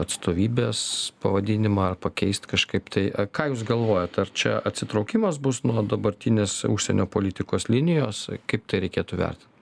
atstovybės pavadinimą ar pakeist kažkaip tai ką jūs galvojat ar čia atsitraukimas bus nuo dabartinės užsienio politikos linijos kaip tai reikėtų vertint